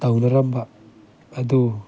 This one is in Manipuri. ꯇꯧꯅꯔꯝꯕ ꯑꯗꯨ